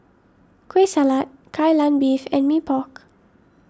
Kueh Salat Kai Lan Beef and Mee Pok